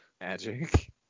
Magic